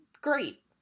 great